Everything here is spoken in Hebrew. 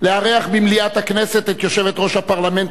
לארח במליאת הכנסת את יושבת-ראש הפרלמנט